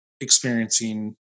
experiencing